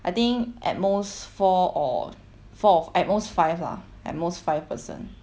I think at most four or four at most five lah at most five person